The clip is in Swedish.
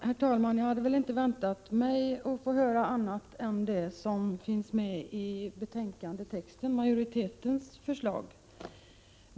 Herr talman! Jag hade väl inte väntat mig att få höra annat än det som finns med i utskottsmajoritetens text i betänkandet.